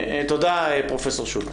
תודה, פרופ' שולט.